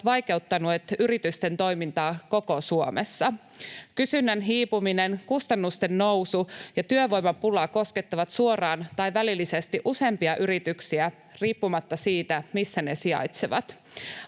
vaikeuttaneet yritysten toimintaa koko Suomessa. Kysynnän hiipuminen, kustannusten nousu ja työvoimapula koskettavat suoraan tai välillisesti useimpia yrityksiä riippumatta siitä, missä ne sijaitsevat.